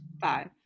Five